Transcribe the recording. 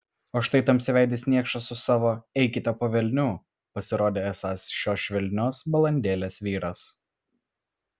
o štai tamsiaveidis niekšas su savo eikite po velnių pasirodė esąs šios švelnios balandėlės vyras